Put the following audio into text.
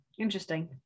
Interesting